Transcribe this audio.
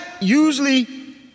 usually